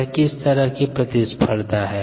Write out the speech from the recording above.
यह किस तरह की प्रतिस्पर्धा है